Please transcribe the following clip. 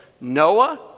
Noah